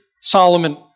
Solomon